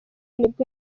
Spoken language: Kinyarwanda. nibwo